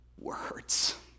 words